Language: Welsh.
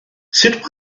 sut